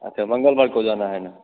अच्छा मंगलवार को जाना है न